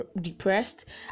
depressed